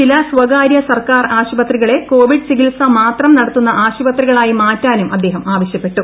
ചില സ്വകാര്യ സ്ർക്കാർ ആശുപത്രികളെ കോവിഡ് ചികിത്സ മാത്രം നടത്തുന്ന ആശുപത്രികളായി മാറ്റാനും അദ്ദേഹം ആവശ്യപ്പെട്ടു